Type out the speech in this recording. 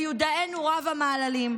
מיודענו רב-המעללים,